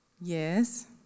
yes